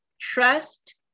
trust